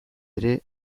ere